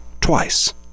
twice